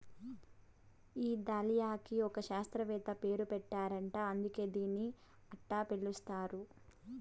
ఈ దాలియాకి ఒక శాస్త్రవేత్త పేరు పెట్టారట అందుకే దీన్ని అట్టా పిలుస్తారు